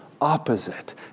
opposite